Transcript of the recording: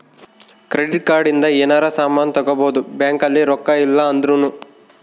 credit card ಇಂದ ಯೆನರ ಸಾಮನ್ ತಗೊಬೊದು ಬ್ಯಾಂಕ್ ಅಲ್ಲಿ ರೊಕ್ಕ ಇಲ್ಲ ಅಂದೃನು